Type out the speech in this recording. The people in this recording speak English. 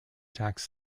tax